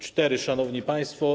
Cztery, szanowni państwo.